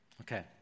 Okay